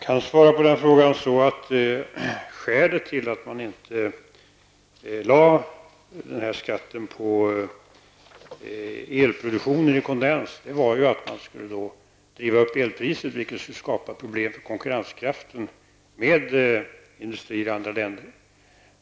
Herr talman! Skälet till att man inte lade skatter på elproduktion med hjälp av kondenskraftverk berodde på att man skulle driva upp elpriset, vilket skulle skapa problem för konkurrenskraften med industrin i andra länder.